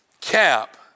cap